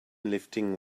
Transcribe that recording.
lifting